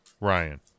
Ryan